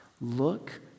look